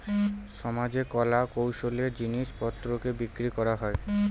সমাজে কলা কৌশলের জিনিস পত্রকে বিক্রি করা হয়